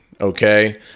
okay